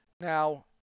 Now